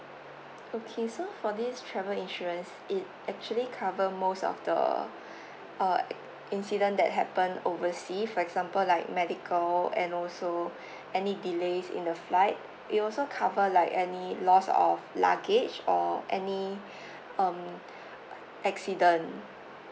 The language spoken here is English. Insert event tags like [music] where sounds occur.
okay so for this travel insurance it actually cover most of the [breath] uh incident that happen oversea for example like medical and also [breath] any delays in the flight it also cover like any loss of luggage or any [breath] um accident